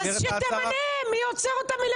אז שתמנה, מי עוצר אותם?